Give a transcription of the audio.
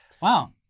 Wow